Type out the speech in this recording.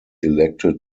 elected